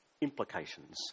implications